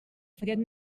farien